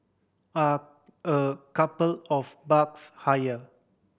are a couple of bucks higher